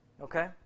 Okay